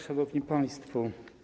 Szanowni Państwo!